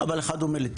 אבל אחד אומר לי,